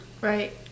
Right